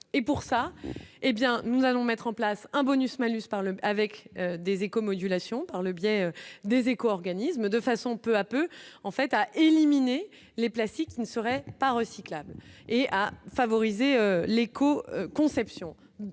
et pour ça, hé bien nous allons mettre en place un bonus malus par le avec des éco-modulation par le biais des éco-organismes de façon peu à peu en fait à éliminer les plastiques ne serait pas recyclables et à favoriser l'éco- conception